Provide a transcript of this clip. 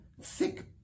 thick